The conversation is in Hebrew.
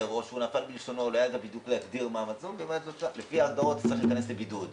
או שהוא נפל בלשונו לפי ההגדרות אומרים שהוא צריך להיכנס לבידוד.